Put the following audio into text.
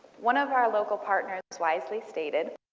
one of our local partners wisely stated